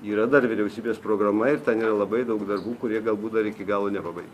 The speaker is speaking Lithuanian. yra dar vyriausybės programa ir ten yra labai daug darbų kurie galbūt dar iki galo nepabai